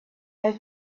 have